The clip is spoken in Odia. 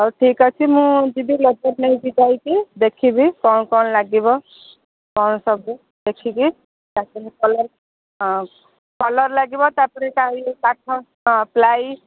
ହଉ ଠିକ୍ ଅଛି ମୁଁ ଯିବି ଲେବର୍ ନେଇକି ଯାଇକି ଦେଖିବି କ'ଣ କ'ଣ ଲାଗିବ କ'ଣ ସବୁ ଦେଖିକି ତା ସାଙ୍ଗେ କଲର୍ ହଁ କଲର୍ ଲାଗିବ ତାପରେ ଟାଇଲ୍ କାଠ ହଁ ପ୍ଲାଇ